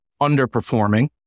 underperforming